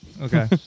Okay